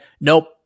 Nope